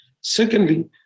Secondly